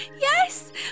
Yes